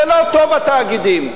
זה לא טוב, התאגידים.